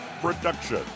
production